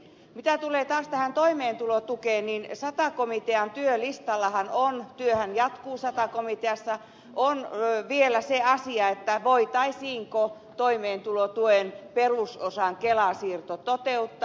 mitä tulee taas tähän toimeentulotukeen niin sata komitean työlistallahan on työhän jatkuu sata komiteassa vielä se asia voitaisiinko toimeentulotuen perusosan kela siirto toteuttaa